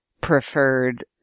preferred